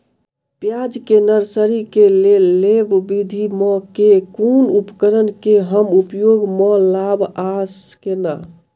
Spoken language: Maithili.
प्याज केँ नर्सरी केँ लेल लेव विधि म केँ कुन उपकरण केँ हम उपयोग म लाब आ केना?